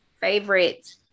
favorite